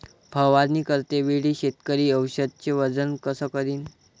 फवारणी करते वेळी शेतकरी औषधचे वजन कस करीन?